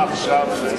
מה עכשיו,